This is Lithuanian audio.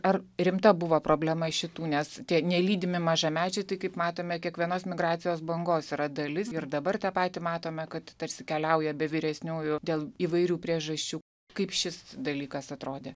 ar rimta buvo problema šitų nes tie nelydimi mažamečiai tai kaip matome kiekvienos migracijos bangos yra dalis ir dabar tą patį matome kad tarsi keliauja be vyresniųjų dėl įvairių priežasčių kaip šis dalykas atrodė